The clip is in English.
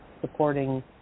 supporting